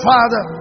Father